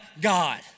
God